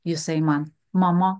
jisai man maman